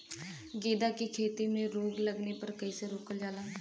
गेंदा की खेती में रोग लगने पर कैसे रोकल जाला?